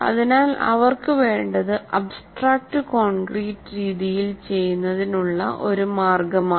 അതിനാൽഅവർക്കു വേണ്ടത് abstract to concrete രീതിയിൽ ചെയ്യുന്നതിനുള്ള ഒരു മാർഗമാണ്